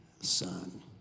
son